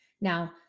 Now